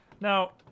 Now